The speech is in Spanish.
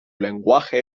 lenguaje